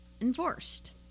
enforced